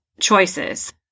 choices